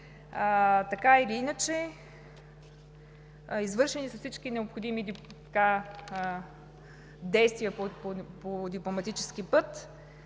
Така или иначе, извършени са всички необходими действия по дипломатически път.